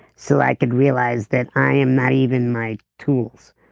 so i could realize that i am not even my tools.